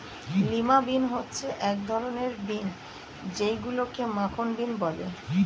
lima bean হচ্ছে এক ধরনের বিন যেইগুলোকে মাখন বিন বলে